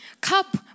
cup